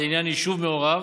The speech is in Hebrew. לעניין יישוב מעורב,